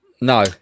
No